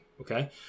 okay